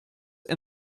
and